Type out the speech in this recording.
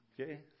Okay